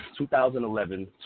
2011